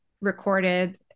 recorded